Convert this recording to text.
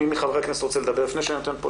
אם מי מחברי הכנסת רוצה להתייחס לפני הנוכחים,